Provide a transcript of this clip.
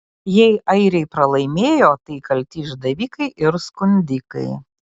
jei airiai pralaimėjo tai kalti išdavikai ir skundikai